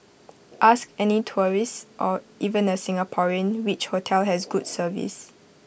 ask any tourist or even A Singaporean which hotel has good service